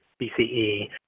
BCE